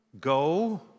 Go